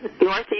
northeast